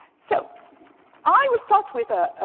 so i will start with a